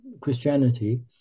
Christianity